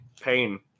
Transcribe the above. Pain